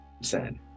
sad